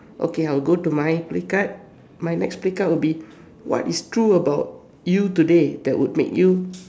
okay I will go to my play card my next play card will be what is true about you today that will make you